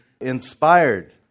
inspired